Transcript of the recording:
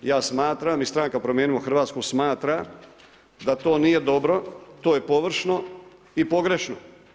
Ja smatram i stranka Promijenimo Hrvatsku, smatra, da to nije dobro, to je površno i pogrešno.